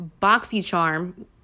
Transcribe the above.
BoxyCharm